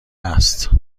است